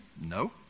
no